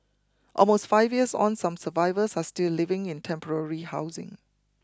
almost five years on some survivors are still living in temporary housing